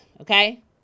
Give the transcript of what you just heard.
Okay